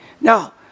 now